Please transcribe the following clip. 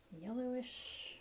yellowish